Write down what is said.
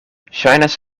ŝajnas